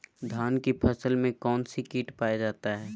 धान की फसल में कौन सी किट पाया जाता है?